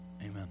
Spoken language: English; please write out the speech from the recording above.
amen